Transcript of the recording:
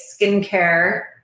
skincare